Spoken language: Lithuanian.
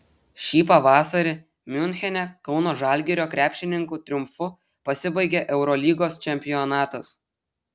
šį pavasarį miunchene kauno žalgirio krepšininkų triumfu pasibaigė eurolygos čempionatas